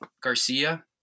garcia